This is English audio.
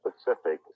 specific